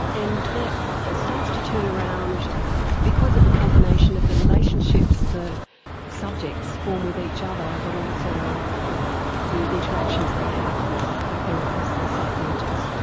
and that starts to turn around because of a combination of the relationships the subjects form with each other but also the interactions they have with the therapists, the psychologists.